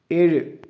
ഏഴ്